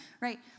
Right